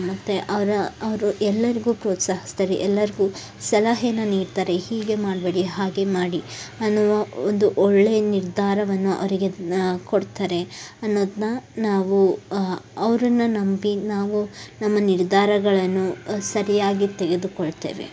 ಮತ್ತು ಅವ್ರು ಅವರು ಎಲ್ಲರಿಗು ಪ್ರೋತ್ಸಾಹಿಸ್ತಾರೆ ಎಲ್ಲರಿಗು ಸಲಹೆಯನ್ನು ನೀಡ್ತಾರೆ ಹೀಗೆ ಮಾಡಬೇಡಿ ಹಾಗೆ ಮಾಡಿ ಅನ್ನುವ ಒಂದು ಒಳ್ಳೆಯ ನಿರ್ಧಾರವನ್ನು ಅವರಿಗೆ ನಾವು ಕೊಡ್ತಾರೆ ಅನ್ನೋದನ್ನ ನಾವು ಅವ್ರನ್ನು ನಂಬಿ ನಾವು ನಮ್ಮ ನಿರ್ಧಾರಗಳನ್ನು ಸರಿಯಾಗಿ ತೆಗೆದುಕೊಳ್ತೇವೆ